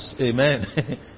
Amen